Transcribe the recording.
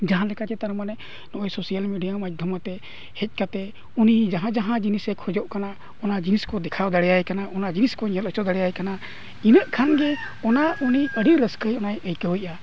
ᱡᱟᱦᱟᱸ ᱞᱮᱠᱟ ᱜᱮ ᱛᱟᱨ ᱢᱟᱱᱮ ᱱᱚᱜᱼᱚᱭ ᱥᱳᱥᱮᱞ ᱢᱤᱰᱤᱭᱟ ᱢᱟᱫᱽᱫᱷᱚᱢᱛᱮ ᱦᱮᱡ ᱠᱟᱛᱮᱫ ᱩᱱᱤ ᱡᱟᱦᱟᱸ ᱡᱟᱦᱟᱸ ᱡᱤᱱᱤᱥᱮ ᱠᱷᱚᱡᱚᱜ ᱠᱟᱱᱟ ᱚᱱᱟ ᱡᱤᱱᱤᱥ ᱠᱚ ᱫᱮᱠᱷᱟᱣ ᱫᱟᱲᱮᱭᱟᱭ ᱠᱟᱱᱟ ᱚᱱᱟ ᱡᱤᱱᱤᱥ ᱠᱚ ᱧᱮᱞ ᱦᱚᱪᱚ ᱫᱟᱲᱮᱭᱟᱭ ᱠᱟᱱᱟ ᱤᱱᱟᱹᱜ ᱠᱷᱟᱱ ᱜᱮ ᱚᱱᱟ ᱩᱱᱤ ᱟᱹᱰᱤ ᱨᱟᱹᱥᱠᱟᱹ ᱚᱱᱟᱭ ᱟᱹᱭᱠᱟᱹᱣᱮᱜᱼᱟ